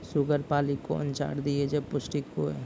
Sugar पाली कौन चार दिय जब पोस्टिक हुआ?